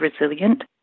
resilient